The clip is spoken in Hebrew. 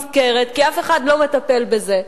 נסגרת כי אף אחד לא מטפל בזה,